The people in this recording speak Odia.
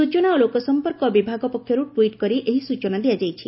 ସୂଚନା ଓ ଲୋକ ସମ୍ପର୍କ ବିଭାଗ ପକ୍ଷରୁ ଟ୍ୱିଟ କରି ଏହି ସ୍ଚନା ଦିଆଯାଇଛି